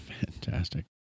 Fantastic